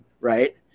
right